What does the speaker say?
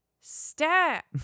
Step